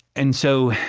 and so,